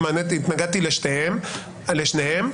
התנגדתי לשניהם.